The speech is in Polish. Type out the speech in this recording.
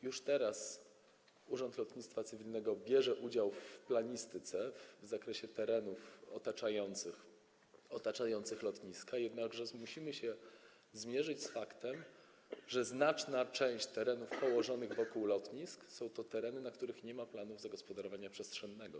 Już teraz Urząd Lotnictwa Cywilnego bierze udział w planistyce w zakresie terenów otaczających lotniska, jednakże musimy zmierzyć się z faktem, że znaczna część terenów położonych wokół lotnisk to tereny, dla których nie ma planów zagospodarowania przestrzennego.